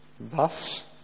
thus